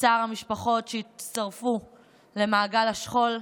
בצער המשפחות שהצטרפו למעגל השכול.